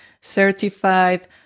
certified